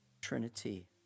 trinity